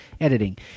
editing